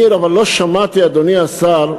אבל לא שמעתי, אדוני השר,